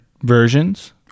versions